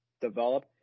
develop